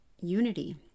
unity